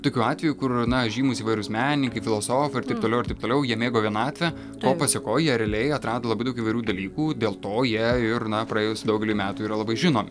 tokių atvejų kur na žymūs įvairūs menininkai filosofai ir taip toliau ir taip toliau jie mėgo vienatvę to pasekoj jie realiai atrado labai daug įvairių dalykų dėl to jie ir na praėjus daugeliui metų yra labai žinom